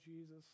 Jesus